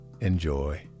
Enjoy